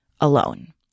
alone